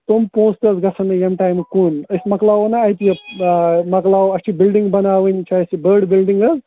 تِم پۅنٛسہٕ تہِ حظ گژھن نہٕ ییٚمہِ ٹایمہٕ کُن أسۍ مۅکلاوَو نا اَتہِ یہِ مۅکلاوَو اَسہِ چھِ بِلڈِنٛگ بَناوٕنۍ چھِ اَسہِ بٔڈ بِلڈِنٛگ ہا